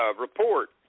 report